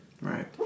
Right